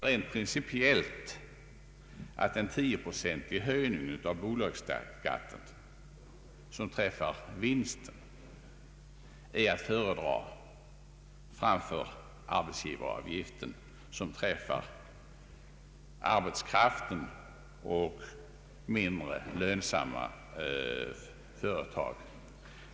Rent principiellt tycker jag att en 10 procentig höjning av bolagsskatten, som träffar vinsterna, är att föredra framför arbetsgivaravgiften, som träffar arbetskraften och är särskilt betungande för mindre lönsamma företag.